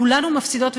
כולנו מפסידות ומפסידים,